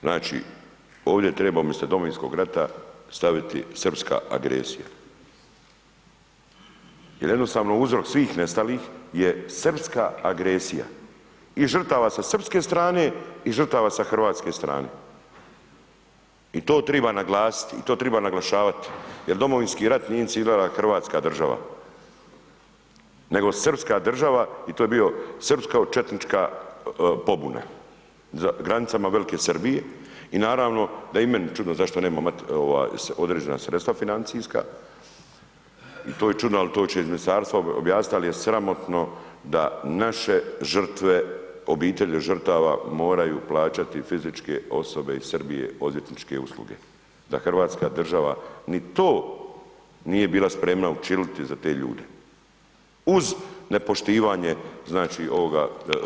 Znači, ovdje treba umjesto Domovinskog rata staviti srpska agresija jel jednostavno uzrok svih nestalih je srpska agresija i žrtava sa srpske strane i žrtava sa hrvatske strane i to triba naglasit i to triba naglašavat jel Domovinski rat nije inicirala hrvatska država, nego srpska država i to je bio srpsko četnička pobuna za granicama velike Srbije i naravno da je i meni čudno zašto nema određena sredstva financijska i to je čudno, al to će iz ministarstva objasnit, ali je sramotno da naše žrtve, obitelji žrtava moraju plaćati fizičke osobe iz Srbije, odvjetničke usluge, da hrvatska država ni to nije bila spremna učiniti za te ljude uz nepoštivanje, znači, ovoga